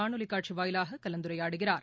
காணொலி காட்சி வாயிலாக கலந்துரையாடுகிறார்